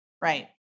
Right